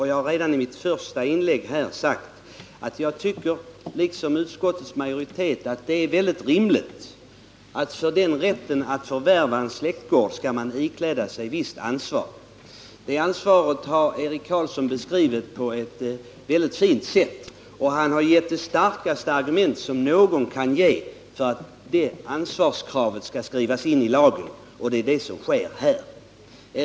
Jag har redan i mitt första inlägg sagt, att jag liksom utskottets majoritet tycker att det är mycket rimligt att man för en sådan rätt att förvärva en släktgård skall ikläda sig ett visst ansvar. Det ansvaret har Eric Carlsson beskrivit på ett mycket fint sätt, och han har angivit de starkaste argument som kan anföras för att detta skall skrivas in i lagen. Det är också det som sker i det av utskottet tillstyrkta förslaget.